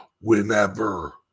Whenever